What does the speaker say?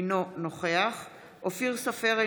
אינו נוכח אופיר סופר,